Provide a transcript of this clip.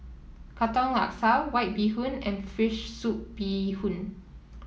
Katong Laksa White Bee Hoon and fish soup Bee Hoon